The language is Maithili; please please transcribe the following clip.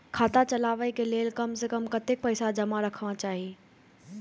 खाता चलावै कै लैल कम से कम कतेक पैसा जमा रखवा चाहि